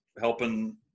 helping